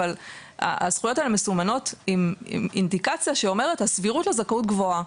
אבל הזכויות האלו מסומנות עם אינדיקציה שאומרת הסבירות לזכאות גבוהה.